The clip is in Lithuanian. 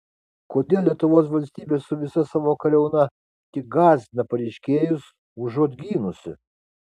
kodėl lietuvos valstybė su visa savo kariauna tik gąsdina pareiškėjus užuot gynusi